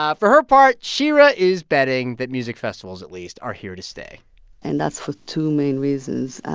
ah for her part, shira is betting that music festivals, at least, are here to stay and that's for two main reasons.